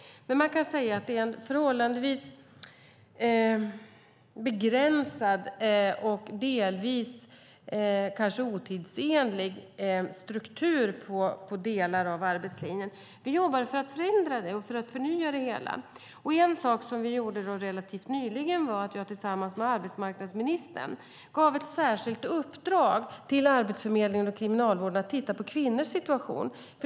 Man kan dock säga att det är en förhållandevis begränsad och delvis otidsenlig struktur på delar av arbetslinjen. Vi jobbar för att förändra detta och förnya det hela. En sak som vi gjorde relativt nyligen var att jag tillsammans med arbetsmarknadsministern gav ett särskilt uppdrag till Arbetsförmedlingen och Kriminalvården att titta på kvinnors situation.